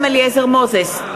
מוזס,